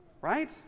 Right